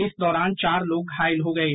इस दौरान चार लोग घायल हो गये